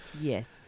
Yes